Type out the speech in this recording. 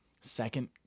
second